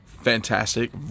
fantastic